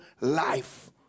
life